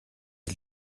est